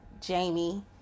Jamie